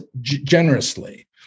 generously